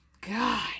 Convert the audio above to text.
God